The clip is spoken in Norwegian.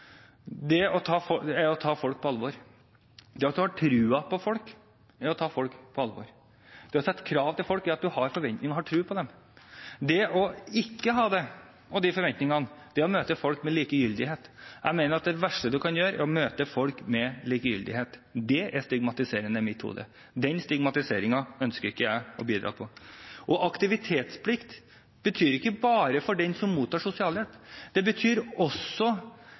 er å ta folk på alvor. Det at man har tro på folk, er å ta folk på alvor. Det å stille krav til folk, viser at man har forventninger til dem og tro på dem. Det ikke å ha de forventningene, er å møte folk med likegyldighet. Jeg mener at det verste man kan gjøre, er å møte folk med likegyldighet. Det er stigmatiserende i mitt hode. Den stigmatiseringen ønsker ikke jeg å bidra til. Aktivitetsplikt gjelder ikke bare for den som mottar sosialhjelp. Det innebærer også